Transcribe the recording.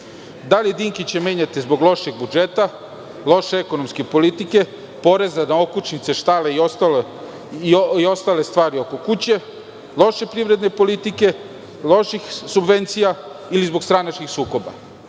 Da li Dinkića menjate zbog lošeg budžeta, loše ekonomske politike, poreza na okućnice, štale i ostale stvari oko kuće, loše privredne politike, loših subvencija ili zbog stranačkih sukoba?